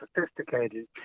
sophisticated